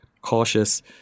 cautious